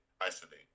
isolate